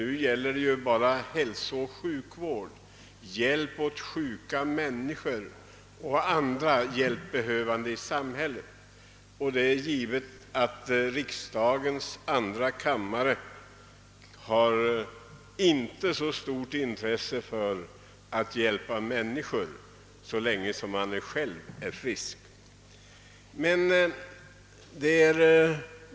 Nu gäller det ju bara hälsooch sjukvården, hjälp åt sjuka människor och andra hjälpbehövande i samhället, och det är givet att ledamöterna av riksdagens andra kammare inte har så stort intresse för att hjälpa människor så länge de själva är friska.